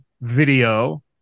video